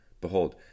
Behold